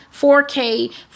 4k